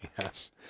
Yes